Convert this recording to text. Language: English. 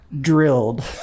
drilled